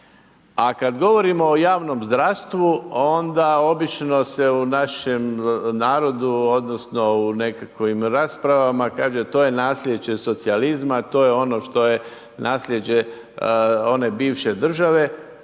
A kad govorimo o javnom zdravstvu onda obično se u našem narodu, odnosno u nekakvim raspravama kaže to je naslijeđe socijalizma, to je ono što je naslijeđe one bivše države,